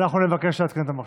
אנחנו נבקש לעדכן את המחשב.